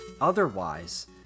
otherwise